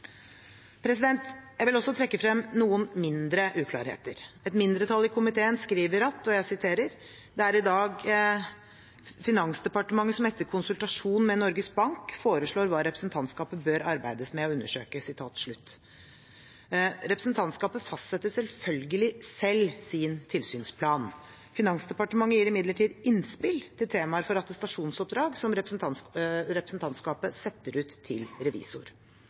Jeg vil også trekke frem noen mindre uklarheter. Et mindretall i komiteen skriver at «det i dag er Finansdepartementet som etter konsultasjon med Norges Bank foreslår hva representantskapet bør arbeide med og undersøke». Representantskapet fastsetter selvfølgelig selv sin tilsynsplan. Finansdepartementet gir imidlertid innspill til temaer for attestasjonsoppdrag som representantskapet setter ut til revisor.